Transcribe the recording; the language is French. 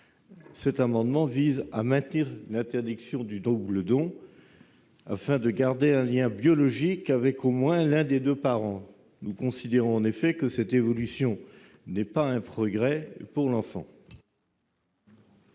Cet amendement vise à maintenir l'interdiction du double don, afin de conserver ce lien biologique avec au moins l'un des deux parents. Nous considérons en effet que cette évolution n'est pas un progrès pour l'enfant.